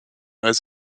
als